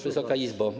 Wysoka Izbo!